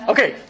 Okay